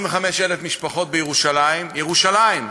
25,000 משפחות בירושלים, ירושלים,